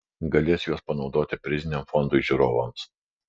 galės juos panaudoti priziniam fondui žiūrovams